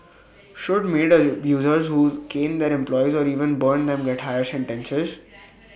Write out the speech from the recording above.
should maid abusers who cane their employees or even burn them get higher sentences